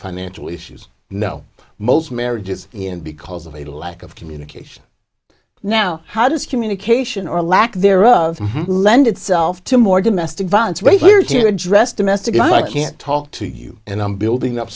financial issues no most marriages in because of a lack of communication now how does communication or lack thereof lend itself to more domestic violence way here to address domestic i can't talk to you and i'm building up